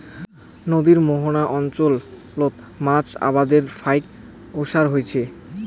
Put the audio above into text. নদীর মোহনা অঞ্চলত মাছ আবাদের ফাইক ওসার হইচে